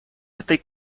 этой